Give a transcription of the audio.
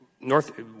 North